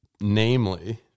namely